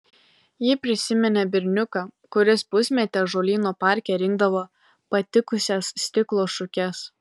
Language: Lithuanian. ji prisiminė berniuką kuris pusmetį ąžuolyno parke rinkdavo patikusias stiklo šukes